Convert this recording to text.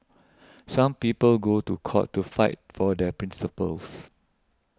some people go to court to fight for their principles